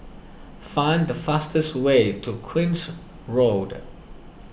find the fastest way to Queen's Road